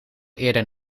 eerder